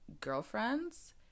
girlfriends